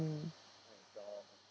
mm